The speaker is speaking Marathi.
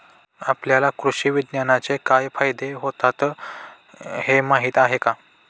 आपल्याला कृषी विज्ञानाचे काय फायदे होतात हे माहीत आहे का?